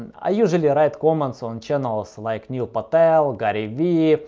i usually write comments on channels like neil patel, gary vee,